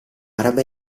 araba